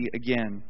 again